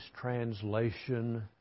translation